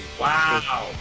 Wow